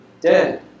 dead